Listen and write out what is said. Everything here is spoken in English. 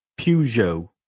Peugeot